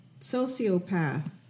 Sociopath